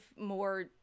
more